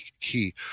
key